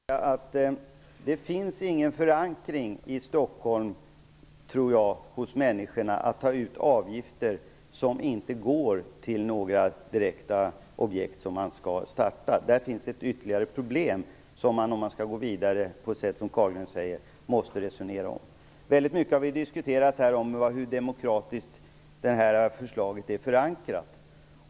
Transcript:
Herr talman! Jag förstår saken bättre när Carlgren säger att hans anförande inte var förberett. Jag tror inte att det finns någon förankring hos människorna i Stockholm för att ta ut avgifter som inte går till några direkta projekt som skall startas. Det är ett ytterligare problem som man, om man skall gå vidare på det sätt som Carlgren föreslår, måste resonera om. Vi har diskuterat mycket kring i vilken grad förslaget är demokratiskt förankrat.